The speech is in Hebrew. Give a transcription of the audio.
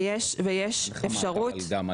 אין על